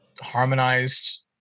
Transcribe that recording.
harmonized